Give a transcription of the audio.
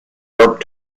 york